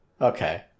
Okay